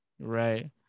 Right